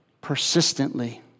persistently